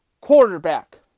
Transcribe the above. quarterback